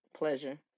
Pleasure